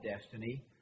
destiny